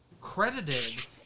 credited